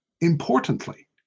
importantly